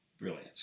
brilliant